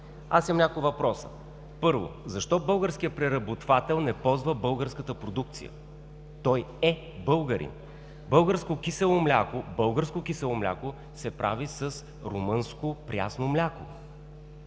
Аз имам няколко въпроса. Първо, защо българският преработвател не ползва българската продукция – той е българин. Българско кисело мляко се прави с румънско прясно мляко?!